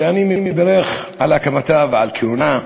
שאני מברך על הקמתה ועל כינונה,